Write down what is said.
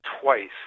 twice